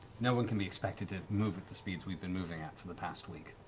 no one can be expected to move at the speeds we've been moving at for the past week.